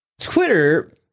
Twitter